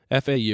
FAU